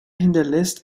hinterlässt